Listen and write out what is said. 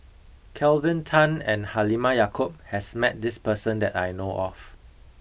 Kelvin Tan and Halimah Yacob has met this person that I know of